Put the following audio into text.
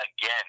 again